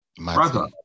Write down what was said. Brother